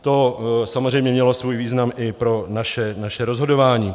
To samozřejmě mělo svůj význam i pro naše rozhodování.